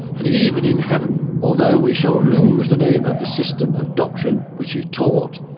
and even in heaven although we shall lose the name of the system of doctrine which he taught,